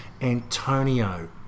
Antonio